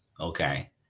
okay